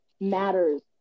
matters